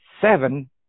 seven